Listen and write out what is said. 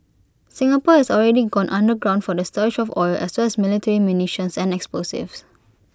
Singapore has already gone underground for the storage of oil as well as military munitions and explosives